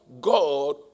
God